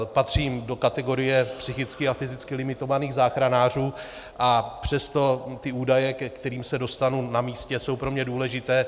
Patřím do kategorie psychicky a fyzicky limitovaných záchranářů, a přesto ty údaje, ke kterým se dostanu na místě, jsou pro mě důležité.